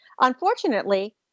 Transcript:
Unfortunately